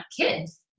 kids